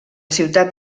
ciutat